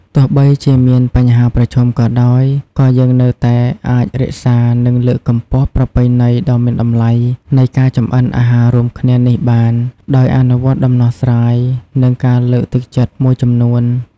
ទោះបីជាមានបញ្ហាប្រឈមក៏ដោយ ក៏យើងនៅតែអាចរក្សា និងលើកកម្ពស់ប្រពៃណីដ៏មានតម្លៃនៃការចម្អិនអាហាររួមគ្នានេះបាន ដោយអនុវត្តដំណោះស្រាយ និងការលើកទឹកចិត្តមួយចំនួន ។